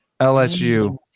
LSU